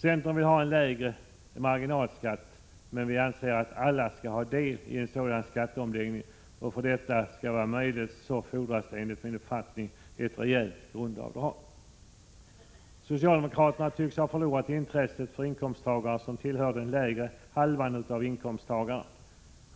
Centern vill ha lägre marginalskatt, men vi anser att alla skall ha del i en sådan skatteomläggning, och för att det skall vara möjligt fordras ett rejält grundavdrag. Socialdemokraterna tycks ha förlorat intresset för de inkomsttagare som tillhör den lägre halvan.